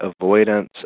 avoidance